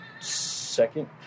second